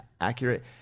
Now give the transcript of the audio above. Accurate